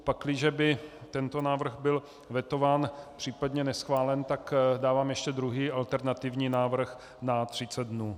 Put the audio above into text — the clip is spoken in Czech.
Pakliže by tento návrh byl vetován, případně neschválen, tak dávám ještě druhý, alternativní návrh na 30 dnů.